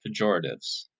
pejoratives